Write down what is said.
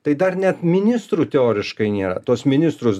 tai dar net ministrų teoriškai nėra tuos ministrus